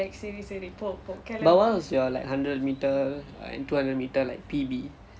but what was your like hundred meter and two hundred meter like P_B